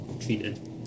treated